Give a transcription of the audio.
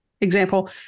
example